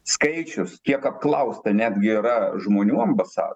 skaičius kiek apklausta netgi yra žmonių ambasa